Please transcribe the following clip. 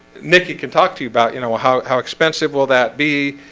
nick you can talk to you about you know, how how expensive will that be?